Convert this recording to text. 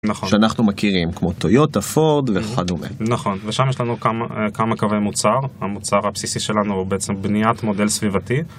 שאנחנו מכירים, כמו טויוטה, פורד וכדומה. נכון, ושם יש לנו כמה קווי מוצר. המוצר הבסיסי שלנו הוא בעצם בניית מודל סביבתי.